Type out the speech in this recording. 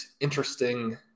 interesting